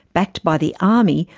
backed by the army,